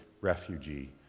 refugee